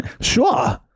Sure